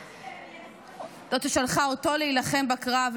זו ששלחה אותו להילחם בקרב,